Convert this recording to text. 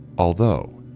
although,